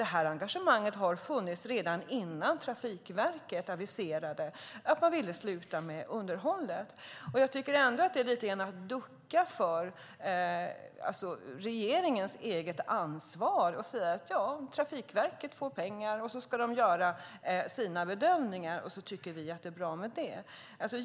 Det här engagemanget fanns redan innan Trafikverket aviserade att man ville sluta med underhållet. Jag tycker att regeringen lite grann duckar för sitt eget ansvar genom att säga: Trafikverket får pengar. De ska göra sina bedömningar, och sedan tycker vi att det är bra med det.